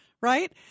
Right